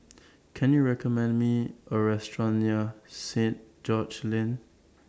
Can YOU recommend Me A Restaurant near Saint George's Lane